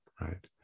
right